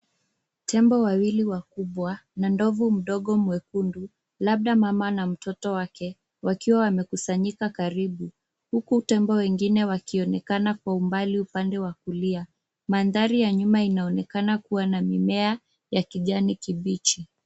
Tembo wawili wakubwa, na ndovu mdogo mwekundu, labda mama na mtoto wake, wakiwa wamekusanyika karibu. Huku tembo wengine wakionekana kwa umbali upande wa kulia, mandhari ya nyuma inaonekana kuwa na mimea ya kijani kibichi.